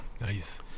Nice